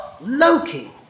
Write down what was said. Loki